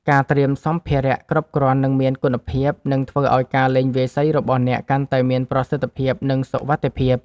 ការត្រៀមសម្ភារៈគ្រប់គ្រាន់ និងមានគុណភាព នឹងធ្វើឱ្យការលេងវាយសីរបស់អ្នកកាន់តែមានប្រសិទ្ធភាព និងសុវត្ថិភាព។